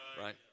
Right